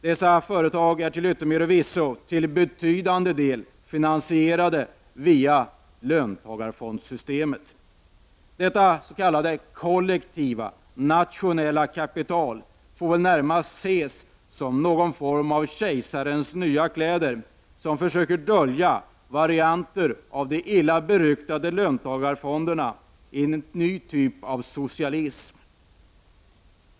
Dessa företag är till yttermera visso till betydande del finansierade via löntagarfondssystemet. Detta s.k. kollektiva nationella kapital får närmast ses som kejsarens nya kläder med vilka man försöker dölja varianter av de illa beryktade löntagarfonderna, en ny typ av socialism.